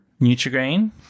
Nutrigrain